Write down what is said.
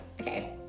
Okay